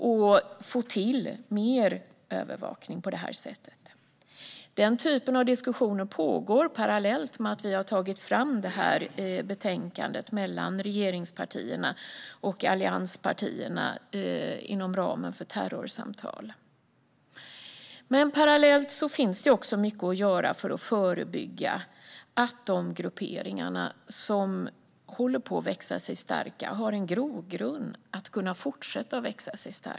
Parallellt med att vi har tagit fram det här betänkandet har det typen av diskussioner pågått mellan regeringspartierna och allianspartierna inom ramen för terrorsamtal. Parallellt med detta finns det också mycket att göra för att förebygga att de grupperingar som håller på att växa sig starka har en grogrund att kunna fortsätta att växa.